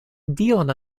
dion